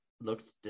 looked